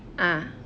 ah